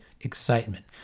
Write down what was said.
excitement